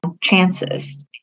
chances